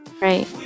Right